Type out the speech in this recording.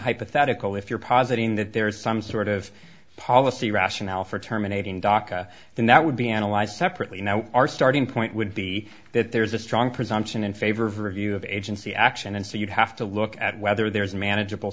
hypothetical if you're positing that there is some sort of policy rationale for terminating daca and that would be analyzed separately now our starting point would be that there's a strong presumption in favor of review of agency action and so you have to look at whether there is manageable